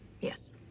Yes